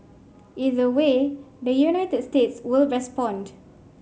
either way the United States will respond